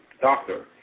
doctor